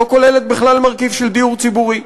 לא כוללת בכלל מרכיב של דיור ציבורי.